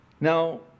Now